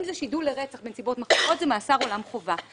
אם זה שידול לרצח בנסיבות מחמירות אזי זה מאסר עולם חובה.